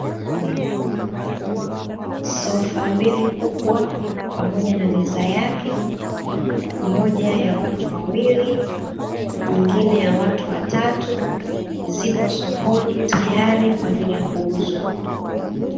Sofa mbili kubwa pamoja na meza yake, moja ya watu wawili nyingine ya watu watatu; ziko sokoni tayari kwa ajili ya kuuzwa.